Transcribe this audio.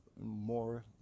more